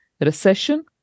recession